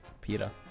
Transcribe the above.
peter